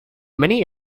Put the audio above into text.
many